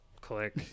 click